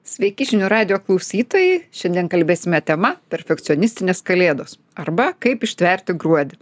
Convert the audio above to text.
sveiki žinių radijo klausytojai šiandien kalbėsime tema perfekcionistės kalėdos arba kaip ištverti gruodį